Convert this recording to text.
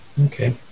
Okay